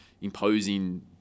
imposing